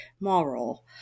moral